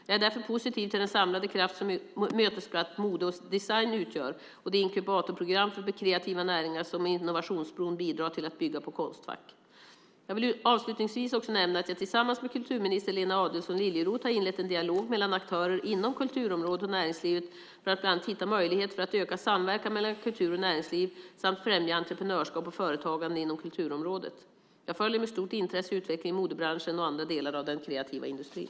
Jag är därför positiv till den samlade kraft som Mötesplats Mode och Design utgör och det inkubatorprogram för kreativa näringar som Innovationsbron bidrar till att bygga på Konstfack. Jag vill avslutningsvis också nämna att jag tillsammans med kulturminister Lena Adelsohn Liljeroth har inlett en dialog mellan aktörer inom kulturområdet och näringslivet för att bland annat hitta möjligheter för att öka samverkan mellan kultur och näringsliv samt främja entreprenörskap och företagande inom kulturområdet. Jag följer med stort intresse utvecklingen i modebranschen och andra delar av den kreativa industrin.